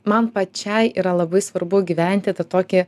man pačiai yra labai svarbu gyventi tą tokį